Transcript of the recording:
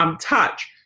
Touch